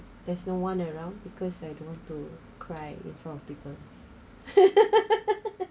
there's no one around because I don't want to cry in front people